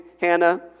Hannah